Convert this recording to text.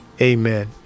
Amen